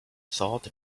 thought